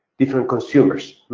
different consumers.